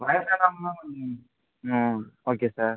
வயதானவங்கள்லாம் கொஞ்சம் ம் okay sir